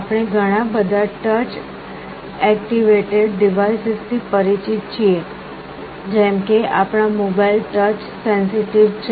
આપણે ઘણા બધા ટચ એક્ટિવેટેડ ડિવાઇસીસથી પરિચિત છીએ જેમ કે આપણા મોબાઇલ ટચ સૅન્સિટિવ છે